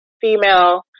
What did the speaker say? female